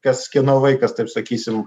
kas kieno vaikas taip sakysim